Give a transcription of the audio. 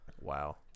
Wow